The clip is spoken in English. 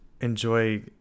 enjoy